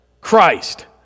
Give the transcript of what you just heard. Christ